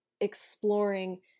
exploring